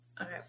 Okay